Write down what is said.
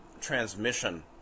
transmission